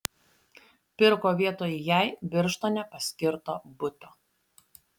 pirko vietoj jai birštone paskirto buto